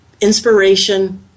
inspiration